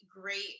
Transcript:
great